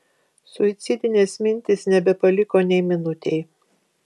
suicidinės mintys nebepaliko nei minutei